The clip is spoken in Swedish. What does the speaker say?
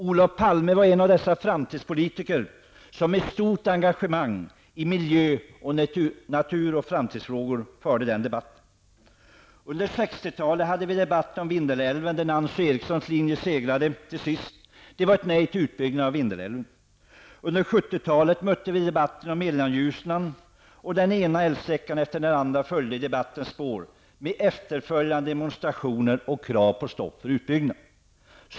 Olof Palme var en av dessa framtidspolitiker med stort engagemang i miljö-, natur och framtidsfrågor. Under 1960-talet hade vi debatten om Vindelälven, där Nancy Erikssons linje segrade till sist. Det var ett nej till en utbyggnad av Vindelälven. Under 1970-talet mötte vi debatten om utbyggnaden av Mellan-Ljusnan. Den ena älvsträckan efter den andra följde i debattens spår med efterföljande demonstrationer och krav på stopp för utbyggnad.